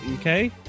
Okay